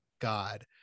God